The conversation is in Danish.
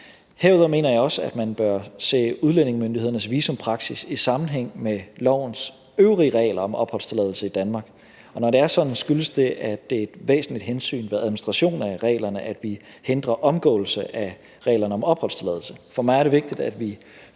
Herudover mener jeg også, at man bør se udlændingemyndighedernes visumpraksis i sammenhæng med lovens øvrige regler om opholdstilladelse i Danmark, og når det er sådan, skyldes det, at det er et væsentligt hensyn ved administrationen af reglerne, at vi hindrer omgåelse af reglerne om opholdstilladelse. For mig er det vigtigt, at vi